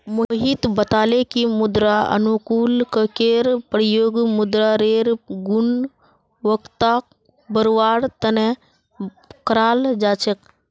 मोहित बताले कि मृदा अनुकूलककेर प्रयोग मृदारेर गुणवत्ताक बढ़वार तना कराल जा छेक